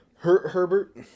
Herbert